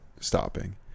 stopping